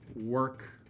work